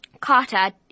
Carter